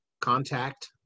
contact